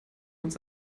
uns